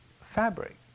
fabric